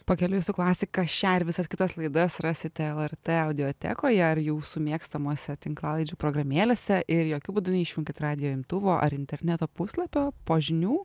pakeliui su klasika šią ir visas kitas laidas rasite lrt audiotekoje ar jūsų mėgstamuose tinklalaidžių programėlėse ir jokiu būdu neišjunkit radijo imtuvo ar interneto puslapio po žinių